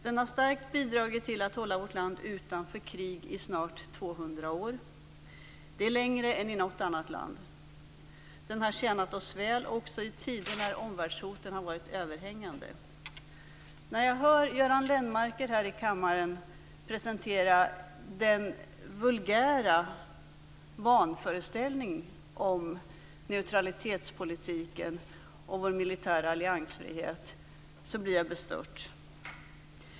Den har starkt bidragit till att hålla vårt land utanför krig i snart 200 år. Det är längre än i något annat land. Den har tjänat oss väl också i tider när omvärldshoten har varit överhängande. När jag hör Göran Lennmarker här i kammaren presentera den vulgära vanföreställningen om neutralitetspolitiken och vår militära alliansfrihet blir jag bestört.